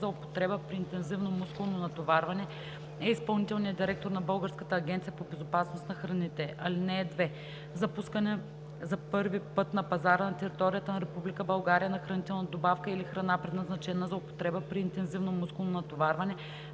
за употреба при интензивно мускулно натоварване, е изпълнителният директор на Българската агенция по безопасност на храните. (2) За пускане за първи път на пазара на територията на Република България на хранителна добавка или храна, предназначена за употреба при интензивно мускулно натоварване,